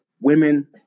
women